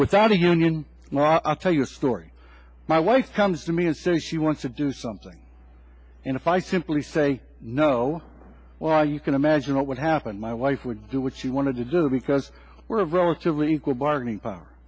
without a union and i'll tell you a story my wife comes to me and says she wants to do something and if i simply say no well you can imagine what would happen my wife would do what she wanted to do because we're a relatively equal bargaining power